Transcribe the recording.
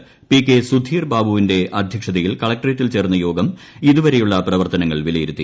ക്ടിക്ട് ്സുധീർ ബാബുവിന്റെ അധ്യക്ഷതയിൽ കളക്ടറ്റേറ്റിൽ ചേർന്ന യോഗം ഇതുവരെ യുള്ള പ്രവർത്തനങ്ങൾ വിലിയിരുത്തി